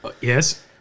Yes